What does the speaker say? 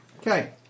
Okay